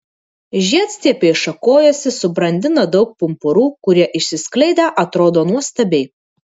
žiedstiebiai šakojasi subrandina daug pumpurų kurie išsiskleidę atrodo nuostabiai